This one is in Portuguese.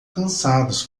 cansados